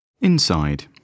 Inside